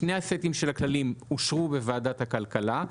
שני הסטים של הכללים אושרו בוועדת הכלכלה.